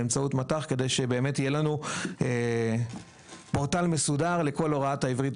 באמצעות מט"ח כדי שבאמת יהיה לנו פורטל מסודר לכל הוראת העברית,